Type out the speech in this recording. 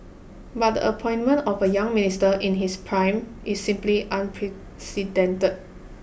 but the appointment of a young Minister in his prime is simply unprecedented